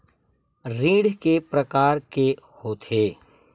ऋण के प्रकार के होथे?